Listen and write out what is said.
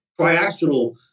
triaxial